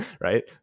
Right